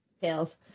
details